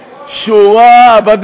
זה שר של ראש הממשלה, איפה ראש הממשלה?